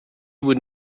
would